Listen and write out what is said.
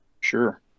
sure